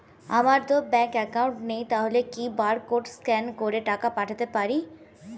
আমারতো bank account নেই তাহলে কি কি বারকোড স্ক্যান করে টাকা পাঠাতে পারি?